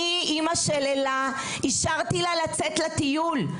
אני, אמא של אלה, אישרתי לה לצאת לטיול.